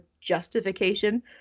justification